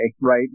right